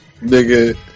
nigga